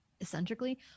eccentrically